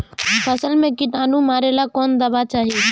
फसल में किटानु मारेला कौन दावा चाही?